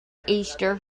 easter